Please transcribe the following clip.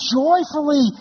joyfully